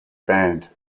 band